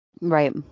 Right